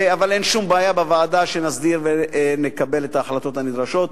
אבל אין שום בעיה שבוועדה נסדיר ונקבל את ההחלטות הנדרשות.